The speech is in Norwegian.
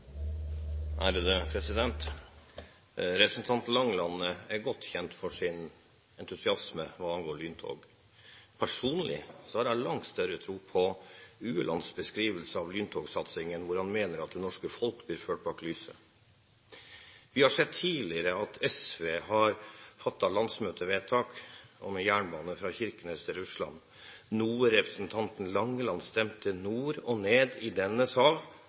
blir replikkordskifte. Representanten Langeland er godt kjent for sin entusiasme hva angår lyntog. Personlig har jeg langt større tro på Uelands beskrivelse av lyntogsatsingen, hvor han mener at det norske folk blir ført bak lyset. Vi har sett tidligere at SV har fattet landsmøtevedtak om en jernbane fra Kirkenes til Russland, noe representanten Langeland stemte nord og ned i denne sal